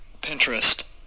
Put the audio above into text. Pinterest